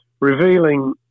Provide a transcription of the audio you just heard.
revealing